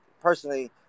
Personally